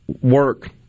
work